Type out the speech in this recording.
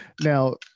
Now